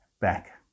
back